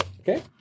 Okay